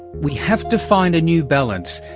we have to find a new balance,